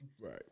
Right